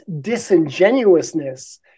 disingenuousness